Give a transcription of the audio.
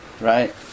Right